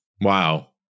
Wow